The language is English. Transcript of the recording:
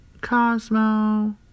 Cosmo